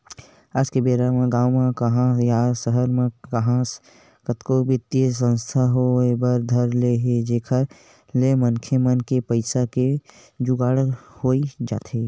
आज के बेरा गाँव म काहस या सहर म काहस कतको बित्तीय संस्था होय बर धर ले हे जेखर ले मनखे मन के पइसा के जुगाड़ होई जाथे